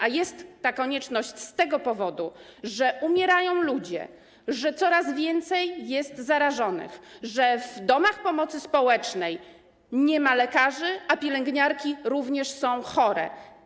A jest taka konieczność z tego powodu, że umierają ludzie, że coraz więcej jest zarażonych, że w domach pomocy społecznej nie ma lekarzy, a pielęgniarki również są chore.